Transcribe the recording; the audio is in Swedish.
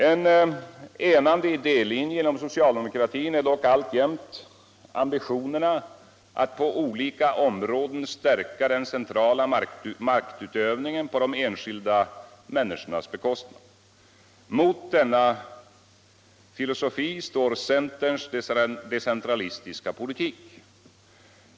En enande idélinje inom socialdemokratin är dock alltjämt ambitionerna att på olika områden stärka den centrala maktutövningen på de enskilda människornas bekostnad. Mot denna filosofi står centerns decentralistiska politik.